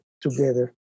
together